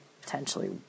potentially